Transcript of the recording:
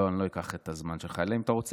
לא, אני לא אקח את הזמן שלך, אלא אם כן אתה רוצה.